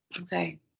Okay